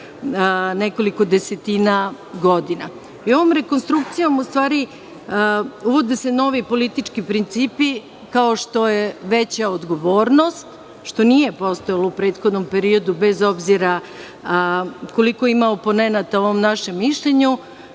nekoliko desetina godina. Ovom rekonstrukcijom ustvari uvode se novi politički principi, kao što je veća odgovornost, što nije postojalo u prethodnom periodu, bez obzira koliko ima oponenata o ovom našem mišljenju.